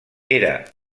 era